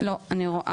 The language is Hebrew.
של סעיף 1, בהחלט.